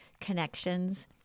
connections